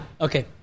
Okay